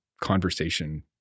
conversation